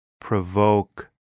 provoke